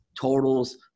totals